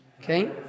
Okay